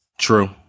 True